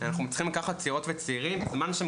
אנחנו מצליחים לקחת צעירות וצעירים בזמן שהם